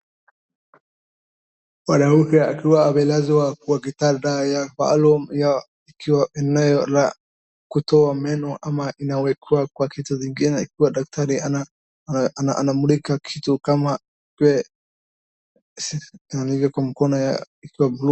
Mwanamke akiwa amelazwa kwa kitanda ya maalum ya ikiwa inayo la kutoa meno ama inawekwa kwa kitu zingine ikiwa daktari ana anamulika kitu kama ikuwe kwa mkono ya ikiwa bluu.